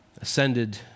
ascended